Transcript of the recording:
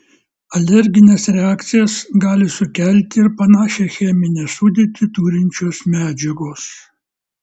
alergines reakcijas gali sukelti ir panašią cheminę sudėtį turinčios medžiagos